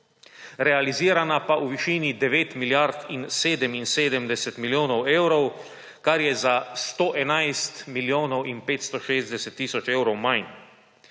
realizirana pa v višini 9 milijard in 77 milijonov evrov, kar je za 111 milijonov in 560 tisoč evrov manj.